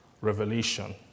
revelation